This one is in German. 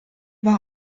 war